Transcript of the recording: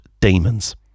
Demons